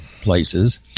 places